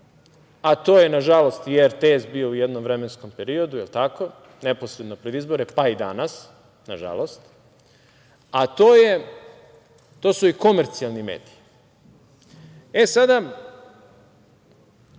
a to je, nažalost, i RTS bio u jednom vremenskom periodu, neposredno pred izbore, pa i danas, nažalost, a to su i komercijalni mediji. Naravno,